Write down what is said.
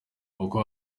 uko